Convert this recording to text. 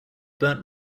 burnt